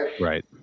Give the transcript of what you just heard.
Right